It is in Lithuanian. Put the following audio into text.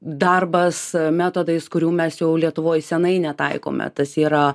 darbas metodais kurių mes jau lietuvoj senai netaikome tas yra